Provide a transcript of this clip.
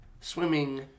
swimming